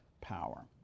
power